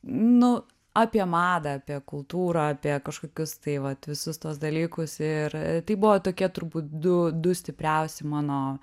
nu apie madą apie kultūrą apie kažkokius tai vat visus tuos dalykus ir tai buvo tokie turbūt du du stipriausi mano